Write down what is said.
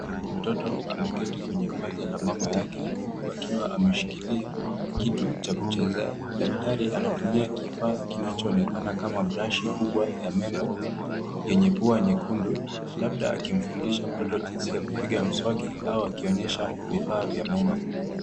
Mtoto amekete kwenye paja la mamake huku akiwa ameshikilia kitu cha kuchezea. Daktari anatumia kifaa kinachoonekana kama brashi kubwa ya meno yenye nyekundu labda akimfundisha mtoto jinsi ya kupiga mswaki au akionyesha vifaa vya meno.